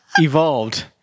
evolved